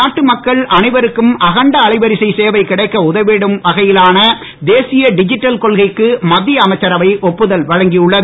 நாட்டு மக்கள் அனைவருக்கும் அகண்ட அலைவரிசை சேவைக் கிடைக்க உதவிடும் வகையிலான தேசிய டிஜிட்டல் கொள்கைக்கு மத்திய அமைச்சரவை ஒப்புதல் வழங்கியுள்ளது